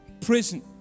prison